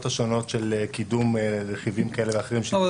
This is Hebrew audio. השונות של קידום רכיבים כאלה ואחרים ש --- לא,